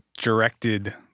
directed